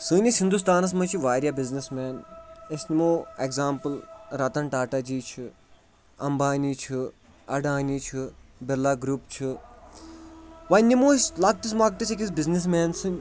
سٲنِس ہِندُستانَس منٛز چھِ واریاہ بِزنِس مین أسۍ نِمو ایٚگزامپٕل رتن ٹاٹا جی چھِ امبانی چھُ اڈانی چھُ بِرلا گرُپ چھُ وۄنۍ نِمو أسۍ لۄکٹِس مۄکٹِس أکِس بِزنِس مین سٕنٛدۍ